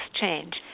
change